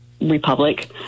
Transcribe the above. Republic